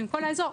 מכל האזור,